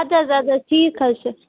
ادٕ حظ اَدٕ حظ ٹھیٖک حظ چھُ